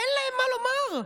אין להם מה לומר?